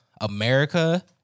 America